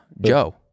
Joe